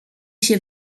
się